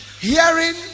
hearing